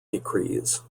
decrees